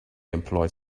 employed